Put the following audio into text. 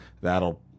That'll